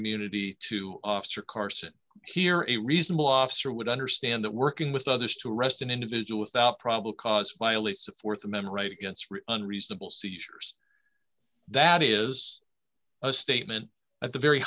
immunity to officer carson here a reasonable officer would understand that working with others to arrest an individual is out probably cause violates the th amendment right against unreasonable seizures that is a statement at the very